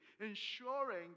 ensuring